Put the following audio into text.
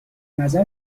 نظر